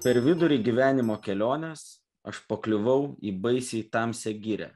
per vidurį gyvenimo kelionės aš pakliuvau į baisiai tamsią girią